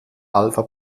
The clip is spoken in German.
alpha